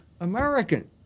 American